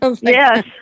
Yes